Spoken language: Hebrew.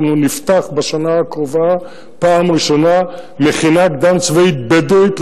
אנחנו נפתח בשנה הקרובה בפעם הראשונה מכינה קדם-צבאית בדואית,